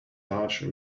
large